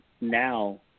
now